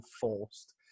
forced